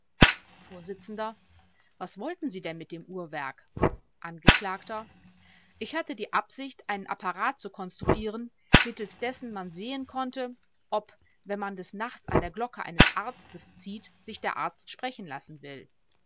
vors was wollten sie denn mit dem uhrwerk angekl ich hatte die absicht einen apparat zu konstruieren mittels dessen man sehen konnte ob wenn man des nachts an der glocke eines arztes zieht sich der arzt sprechen lassen will